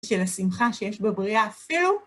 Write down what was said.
של השמחה שיש בבריאה אפילו.